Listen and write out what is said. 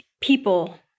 people